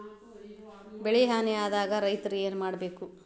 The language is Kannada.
ಬೆಳಿ ಹಾನಿ ಆದಾಗ ರೈತ್ರ ಏನ್ ಮಾಡ್ಬೇಕ್?